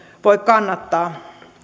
voi kannattaa